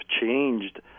changed